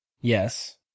Yes